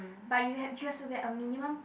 but you h~ you have to get a minimum